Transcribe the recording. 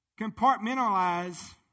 compartmentalize